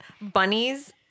bunnies